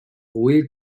will